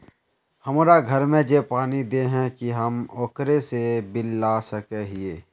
हमरा घर में जे पानी दे है की हम ओकरो से बिल ला सके हिये?